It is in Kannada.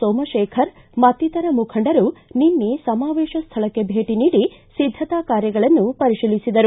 ಸೋಮಶೇಖರ್ ಮತ್ತಿತರ ಮುಖಂಡರು ನಿನ್ನೆ ಸಮಾವೇಶ ಸ್ಥಳಕ್ಷೆ ಭೇಟಿ ನೀಡಿ ಸಿದ್ದತಾ ಕಾರ್ಯಗಳನ್ನು ಪರಿಶೀಲಿಸಿದರು